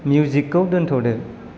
मिउजिकखौ दोनथ'दो